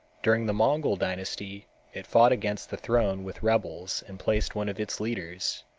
during the mongol dynasty it fought against the throne with rebels and placed one of its leaders,